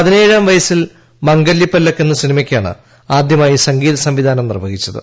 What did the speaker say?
പതിനേഴാം വയസിൽ മംഗല്യപ്പല്ലക്ക് എന്ന സിനിമയ്ക്കാണ് ആദ്യമായി സംഗീത സംവിധാനം നിർവഹിച്ചത്